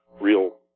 Real